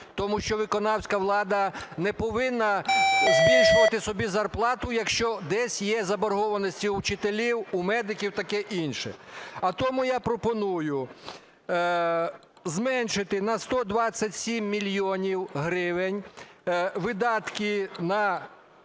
Тому що виконавська влада не повинна збільшувати собі зарплату, якщо десь є заборгованості у вчителів, у медиків, таке інше. А тому я пропоную зменшити на 127 мільйонів гривень видатки на